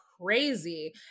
crazy